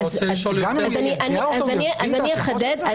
אז אני אחדד.